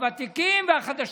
הוותיקים והחדשים: